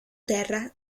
terra